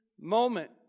moment